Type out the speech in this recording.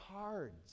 cards